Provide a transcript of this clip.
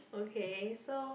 okay so